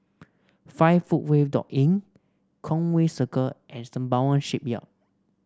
Five Footway dot Inn Conway Circle and Sembawang Shipyard